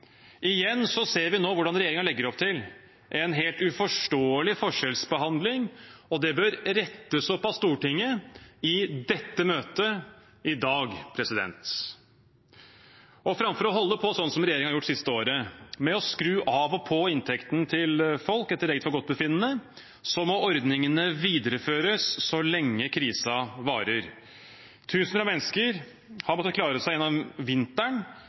Igjen ser vi nå hvordan regjeringen legger opp til en helt uforståelig forskjellsbehandling, og det bør rettes opp av Stortinget i dette møtet i dag. Framfor å holde på sånn som regjeringen har gjort det siste året, med å skru av og på inntekten til folk etter eget forgodtbefinnende, må ordningene videreføres så lenge krisen varer. Tusener av mennesker har måttet klare seg gjennom vinteren